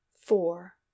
four